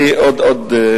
אני, עוד מעט.